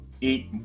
eat